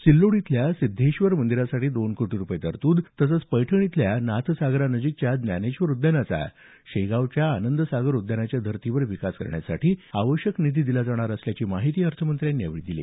सिल्लोड इथल्या सिद्धेश्वर मंदिरासाठी दोन कोटी रुपये तरतूद तसंच पैठण इथल्या नाथसागरानजिकच्या ज्ञानेश्वर उद्यानाचा शेगावच्या आनंदसागर उद्यानाच्या धर्तीवर विकास करण्यासाठी आवश्यक निधी दिला जाणार असल्याचं अर्थमंत्र्यांनी सांगितलं